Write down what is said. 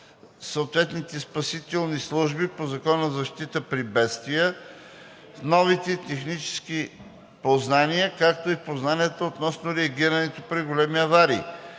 съответните спасителни служби по Закона за защита при бедствия, в новите технически познания, както и в познанията относно реагирането при големи аварии.“